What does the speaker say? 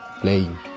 playing